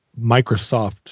Microsoft